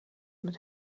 mit